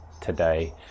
today